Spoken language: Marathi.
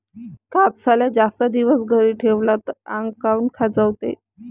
कापसाले जास्त दिवस घरी ठेवला त आंग काऊन खाजवते?